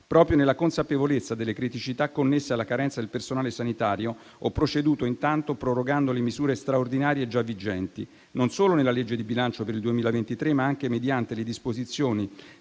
Proprio nella consapevolezza delle criticità connesse alla carenza del personale sanitario, ho proceduto intanto prorogando le misure straordinarie già vigenti non solo nella legge di bilancio per il 2023, ma anche mediante le disposizioni